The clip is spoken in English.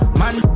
man